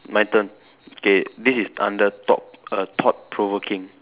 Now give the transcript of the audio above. my turn okay this is under thought err thought provoking